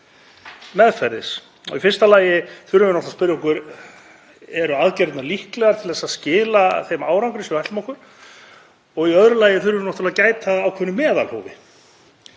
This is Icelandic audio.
meðferðis. Í fyrsta lagi þurfum við náttúrlega að spyrja okkur: Eru aðgerðirnar líklegar til þess að skila þeim árangri sem við ætlum okkur að ná? Í öðru lagi þurfum við að gæta að ákveðnu meðalhófi.